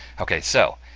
ok so,